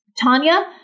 Tanya